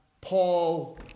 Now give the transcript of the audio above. Paul